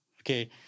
okay